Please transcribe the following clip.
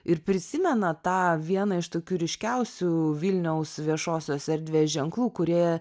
ir prisimena tą vieną iš tokių ryškiausių vilniaus viešosios erdvės ženklų kurie